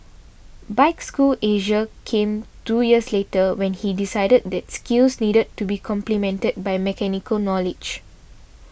Bike School Asia came two years later when he decided that skills needed to be complemented by mechanical knowledge